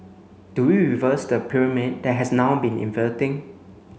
do we reverse the pyramid that has now been inverting